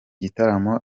gitaramo